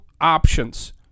options